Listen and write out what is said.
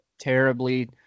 terribly